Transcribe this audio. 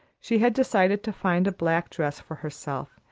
she had decided to find a black dress for herself,